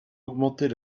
augmenter